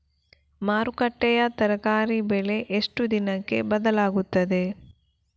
ಮಾರುಕಟ್ಟೆಯ ತರಕಾರಿ ಬೆಲೆ ಎಷ್ಟು ದಿನಕ್ಕೆ ಬದಲಾಗುತ್ತದೆ?